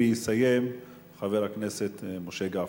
ויסיים חבר הכנסת משה גפני.